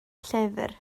llyfr